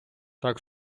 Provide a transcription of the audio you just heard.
так